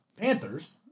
Panthers